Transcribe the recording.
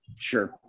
Sure